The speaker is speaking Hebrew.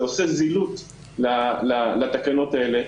זה גורם לזילות בתקנות האלה.